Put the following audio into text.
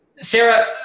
Sarah